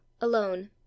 alone